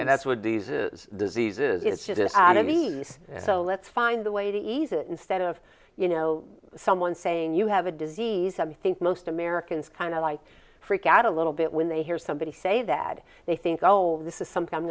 and that's what these is diseases it's it is i mean so let's find a way to ease it instead of you know someone saying you have a disease i think most americans kind of like freak out a little bit when they hear somebody say that they think oh this is something i'm